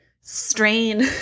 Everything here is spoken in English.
strain